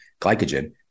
glycogen